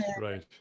right